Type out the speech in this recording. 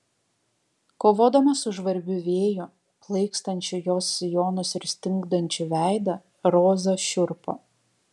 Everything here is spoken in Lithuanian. kovodama su žvarbiu vėju plaikstančiu jos sijonus ir stingdančiu veidą roza šiurpo